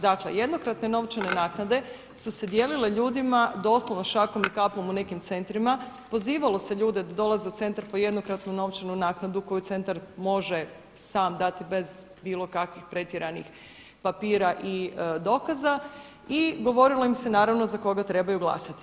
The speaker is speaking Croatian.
Dakle jednokratne novčane naknade su se dijelile ljudima doslovno šakom i kapom u nekim centrima pozivalo se ljude da dolaze u centar po jednokratnu novčanu naknadu koju centar može sam dati bez bilo kakvih pretjeranih papira i dokaza i govorilo im se naravno za koga trebaju glasati.